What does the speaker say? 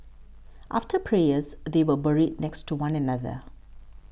after prayers they were buried next to one another